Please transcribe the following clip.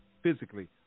physically